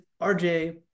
RJ